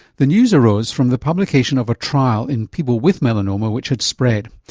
the news arose from the publication of a trial in people with melanoma which had spread,